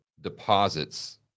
deposits